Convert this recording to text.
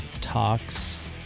talks